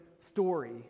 story